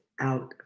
out